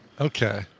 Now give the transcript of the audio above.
Okay